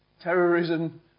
terrorism